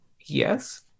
Yes